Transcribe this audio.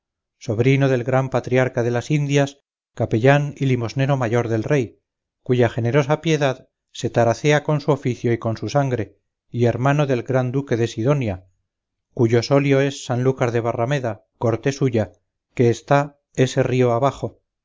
sobrino del gran patriarca de las indias capellán y limosnero mayor del rey cuya generosa piedad se taracea con su oficio y con su sangre y hermano del gran duque de sidonia cuyo solio es sanlúcar de barrameda corte suya que está ese río abajo